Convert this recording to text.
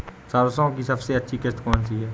सरसो की सबसे अच्छी किश्त कौन सी है?